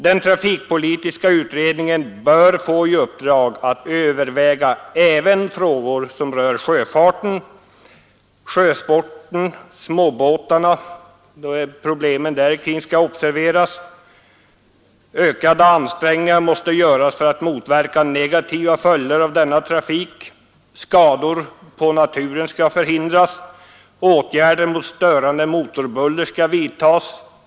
Den trafikpolitiska utredningen bör få i uppdrag att överväga även frågor som rör sjöfarten. Problemen kring sjösporten och småbåtarna skall observeras. Ökade ansträngningar måste göras för att motverka negativa följder av denna trafik. Skador på naturen skall förhindras. Åtgärder mot störande motorbuller måste vidtas.